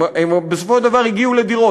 הם בסופו של דבר הגיעו לדירות.